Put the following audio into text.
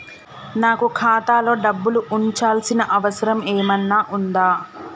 నాకు ఖాతాలో డబ్బులు ఉంచాల్సిన అవసరం ఏమన్నా ఉందా?